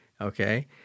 okay